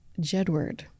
Jedward